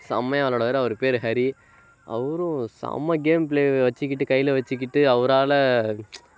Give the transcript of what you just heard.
செமையாக விளாடுவாரு அவர் பேர் ஹரி அவரும் செம்ம கேம் பிளேவை வெச்சுக்கிட்டு கையில் வெச்சுக்கிட்டு அவரால